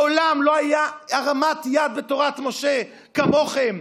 מעולם לא הייתה הרמת יד בתורת משה כמוכם,